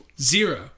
Zero